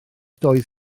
doedd